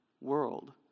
world